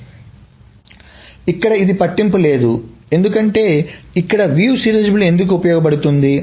కానీ ఇక్కడ ఇది పట్టింపు లేదు ఎందుకు అంటే ఇక్కడ వీక్షణ సీరియలైజబిలిటీ ఎందుకు ఉపయోగపడుతుంది